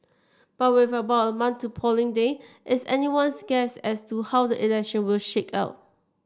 but with about a to polling day it's anyone's guess as to how the election will shake out